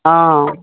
অঁ